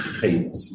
hate